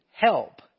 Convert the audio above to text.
help